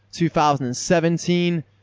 2017